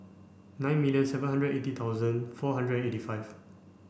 nine million seven hundred eighty thousand four hundred eighty five